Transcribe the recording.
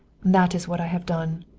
that is what i have done.